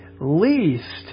least